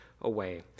away